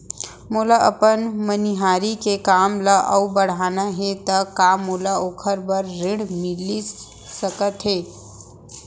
मोला अपन मनिहारी के काम ला अऊ बढ़ाना हे त का मोला ओखर बर ऋण मिलिस सकत हे?